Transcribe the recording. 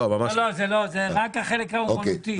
לא, זה לא, זה רק החלק האומנותי.